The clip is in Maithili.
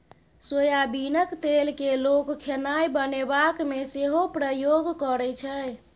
सोयाबीनक तेल केँ लोक खेनाए बनेबाक मे सेहो प्रयोग करै छै